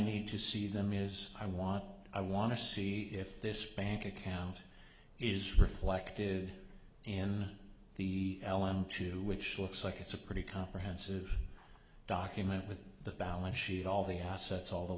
need to see them is i want i want to see if this bank account is reflected in the l m two which works like it's a pretty comprehensive document with the balance sheet all the assets all the